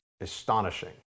astonishing